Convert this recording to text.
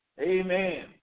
Amen